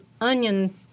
onion